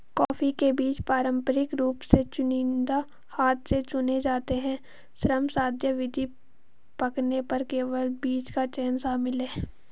coffee के बीज पारंपरिक रूप से चुनिंदा हाथ से चुने जाते हैं, श्रमसाध्य विधि, पकने पर केवल बीज का चयन शामिल है